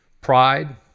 pride